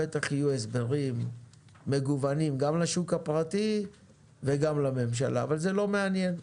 בטח הסברים מגוונים גם לשוק הפרטי וגם לממשלה אבל זה לא מעניין.